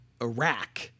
Iraq